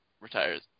retires